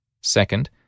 Second